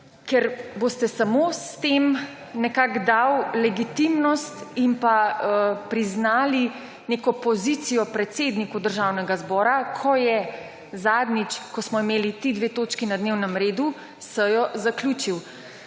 ker boste samo s tem nekako dali legitimnost in pa priznali neko pozicijo predsedniku Državnega zbora, ko je zadnjič, ko smo imeli ti dve točki na dnevnem redu, sejo zaključil.